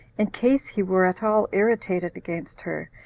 in case he were at all irritated against her,